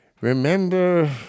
remember